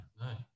No